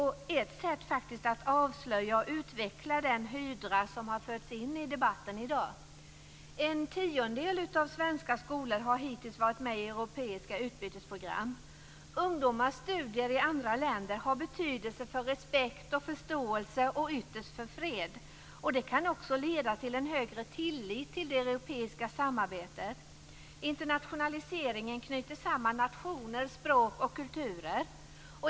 Det är ett sätt att faktiskt avslöja och utveckla den hydra som har förts in i debatten i dag. En tiondel av svenska skolor har hittills varit med i europeiska utbytesprogram. Ungdomars studier i andra länder har betydelse för respekt och förståelse och ytterst för fred. Det här kan också leda till en högre tillit till det europeiska samarbetet. Internationaliseringen knyter samman nationer, språk och kulturer.